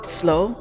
slow